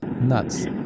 nuts